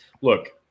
Look